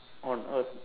on earth